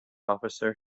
officer